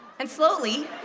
and slowly.